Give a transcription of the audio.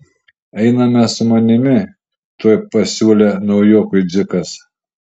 einame su manimi tuoj pasiūlė naujokui dzikas